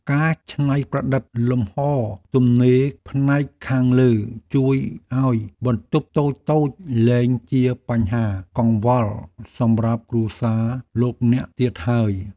ការច្នៃប្រឌិតលំហរទំនេរផ្នែកខាងលើជួយឱ្យបន្ទប់តូចៗលែងជាបញ្ហាកង្វល់សម្រាប់គ្រួសារលោកអ្នកទៀតហើយ។